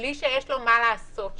בלי שיש לו מה לעשות שם.